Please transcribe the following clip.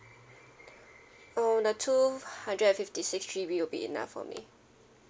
oh the two hundred and fifty six G_B will be enough for me